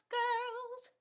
girls